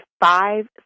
five